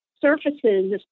surfaces